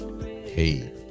hey